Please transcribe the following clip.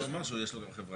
נאמר שיש לו חברה.